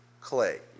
clay